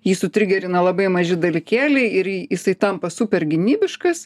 jį sutrigerina labai maži dalykėliai ir jisai tampa super gynybiškas